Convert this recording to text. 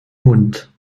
hund